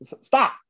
stop